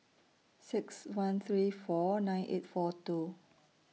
six one three four nine eight four two